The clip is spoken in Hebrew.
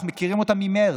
אנחנו מכירים אותן ממרץ.